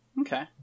Okay